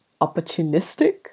opportunistic